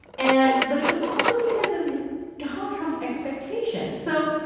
and but it was also because of donald trump's expectation. so,